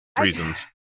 reasons